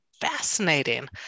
fascinating